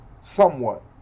somewhat